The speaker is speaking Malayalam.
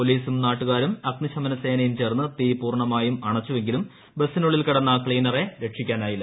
പോലീസും നാട്ടുംകാരും അഗ്നിശമന സേനയും ചേർന്ന് തീ പൂർണ്ണമായും അണച്ചു എങ്കിലും ബസിനുള്ളിൽ കിടന്ന ക്ലീനറെ രക്ഷിക്കാനായില്ല